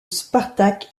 spartak